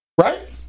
right